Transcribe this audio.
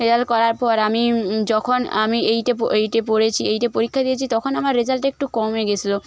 result করার পর আমি যখন আমি এইটে পো এইটে পড়েছি এইটে পরীক্ষা দিয়েছি তখন আমার রেজাল্টটা একটু কমে গিয়েছিলো